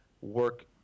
work